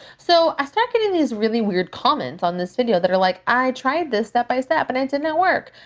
so i start getting these really weird comments on this video that are like, i tried this step by step and it did not work.